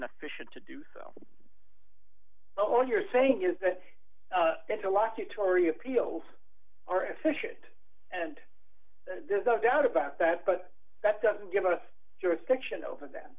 inefficient to do so oh you're saying is that it's a lack of tory appeals are efficient and there's no doubt about that but that doesn't give us jurisdiction over that